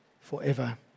forever